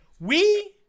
We-